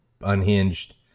unhinged